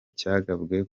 cyagabwe